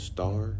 Star